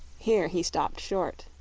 here he stopped short.